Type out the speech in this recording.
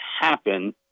happen